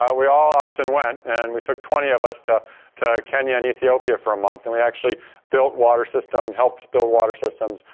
ah we all upped and went, and we took twenty of us to to kenya and ethiopia for a month, and we actually built water systems helped build water systems,